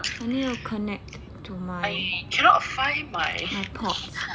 I need to connect to my airpods